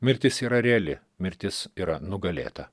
mirtis yra reali mirtis yra nugalėta